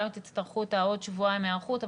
גם אם תצטרכו את העוד שבועיים היערכות,